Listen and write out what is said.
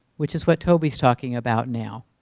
which is what toby's talking about now.